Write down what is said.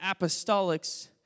apostolics